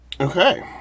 Okay